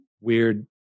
weird